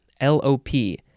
L-O-P